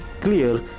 clear